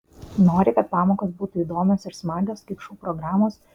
nori kad pamokos būtų įdomios ir smagios kaip šou programos